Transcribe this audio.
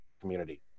community